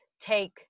take